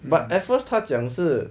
but at first 他讲是